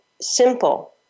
simple